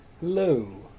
Hello